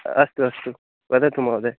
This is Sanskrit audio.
अस्तु अस्तु वदतु महोदयः